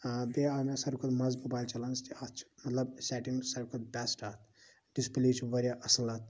بیٚیہِ آو مےٚ سارِوٕے کھۄتہٕ مَزٕ موبایل چلاونس کہِ اَتھ چھِ مَطلَب سیٚٹِنٛگ سارِوٕے کھۅتہٕ بیٚسٹ اَکھ ڈِسپلنیٚری چھِ واریاہ اَصٕل اَتھ